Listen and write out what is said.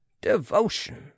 devotion